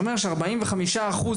תהיה לך זכות דיבור,